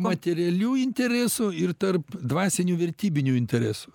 materialių interesų ir tarp dvasinių vertybinių interesų